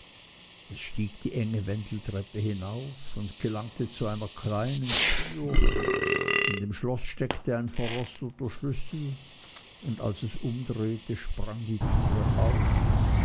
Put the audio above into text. es stieg die enge wendeltreppe hinauf und gelangte zu einer kleinen türe in dem schloß steckte ein verrosteter schlüssel und als es umdrehte sprang die türe auf